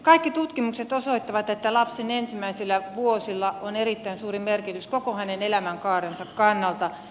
kaikki tutkimukset osoittavat että lapsen ensimmäisillä vuosilla on erittäin suuri merkitys koko hänen elämänkaarensa kannalta